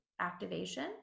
activation